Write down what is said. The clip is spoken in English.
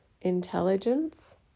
intelligence